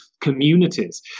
communities